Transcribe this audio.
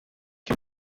que